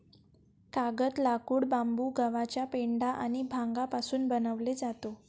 कागद, लाकूड, बांबू, गव्हाचा पेंढा आणि भांगापासून बनवले जातो